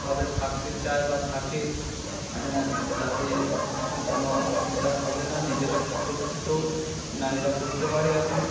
ভাবে থাকতে চায় বা থাকে তাতে কোনো অসুবিধা হবে না নিজের সুরক্ষিত নারীরা করতে পারে এখন